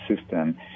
system